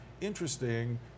interesting